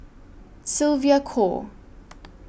Sylvia Kho